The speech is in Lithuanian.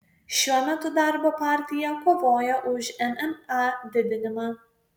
šiuo metu darbo partija kovoja už mma didinimą